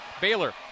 Baylor